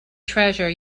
treasure